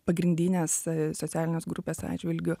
pagrindinės socialinės grupės atžvilgiu